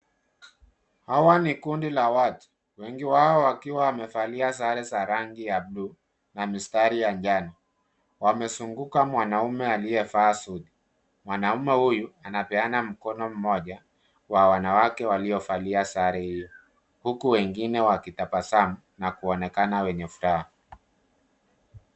Hawa ni kundi la watu. Wengi wao wakiwa wamevalia sare za rangi ya blue na mistari ya njano. Wamezunguka mwanamume aliyevaa suti. Mwanamume huyo anapeana mkono mmoja wa wanawake waliovalia sare hiyo, huku wengine wakitabasamu na kuonekana wenye furaha.